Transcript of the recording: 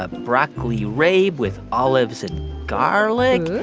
ah broccoli raab with olives and garlic. ooh.